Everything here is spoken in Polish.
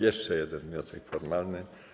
Jeszcze jeden wniosek formalny.